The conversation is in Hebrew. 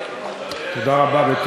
ואחריו מי?